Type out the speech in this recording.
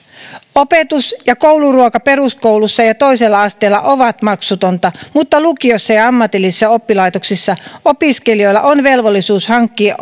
opetus ja kouluruoka peruskoulussa ja toisella asteella ovat maksuttomia mutta lukioissa ja ammatillisissa oppilaitoksissa opiskelijoilla on velvollisuus hankkia